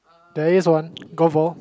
there's one golf ball